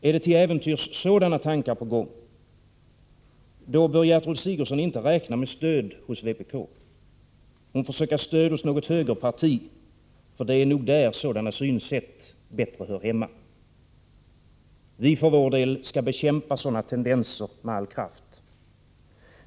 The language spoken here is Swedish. Är det till äventyrs sådana tankar på gång, bör Gertrud Sigurdsen inte räkna med stöd hos vpk. Hon får söka stöd hos något högerparti, för det är nog där sådana synsätt bättre hör hemma. Vi för vår del skall bekämpa sådana tendenser med all kraft.